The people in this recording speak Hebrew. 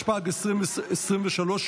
התשפ"ג 2023,